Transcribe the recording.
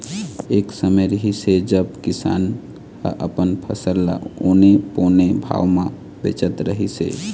एक समे रिहिस हे जब किसान ह अपन फसल ल औने पौने भाव म बेचत रहिस हे